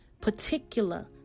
particular